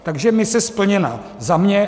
Takže mise splněna za mě.